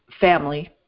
family